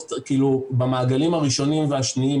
במעגלים הראשונים והשניים,